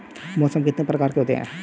मौसम कितने प्रकार के होते हैं?